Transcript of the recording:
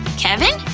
kevin?